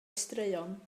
straeon